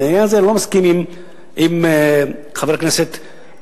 בעניין הזה אני לא מסכים עם חבר הכנסת אורון.